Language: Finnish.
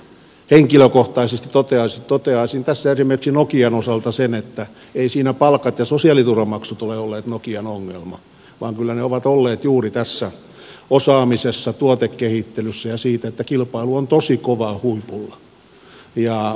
henkilökohtaisesti toteaisin tässä esimerkiksi nokian osalta sen että eivät siinä palkat ja sosiaaliturvamaksut ole olleet nokian ongelma vaan kyllä se ongelma on ollut juuri tässä osaamisessa tuotekehittelyssä ja siinä että kilpailu on tosi kovaa huipulla